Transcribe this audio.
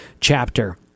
chapter